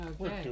Okay